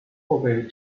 后被